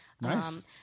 Nice